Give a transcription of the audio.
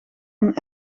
een